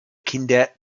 kinder